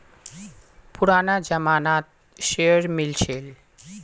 पुराना जमाना त शेयर मिल छील